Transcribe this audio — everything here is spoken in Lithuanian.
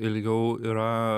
ilgiau yra